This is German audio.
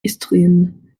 istrien